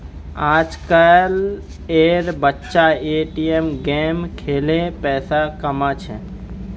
आजकल एर बच्चा ए.टी.एम गेम खेलें पैसा कमा छे